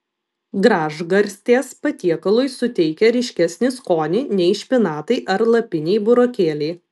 gražgarstės patiekalui suteikia ryškesnį skonį nei špinatai ar lapiniai burokėliai